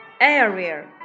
Area